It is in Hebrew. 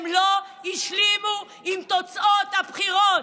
הם לא השלימו עם תוצאות הבחירות,